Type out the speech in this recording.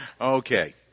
Okay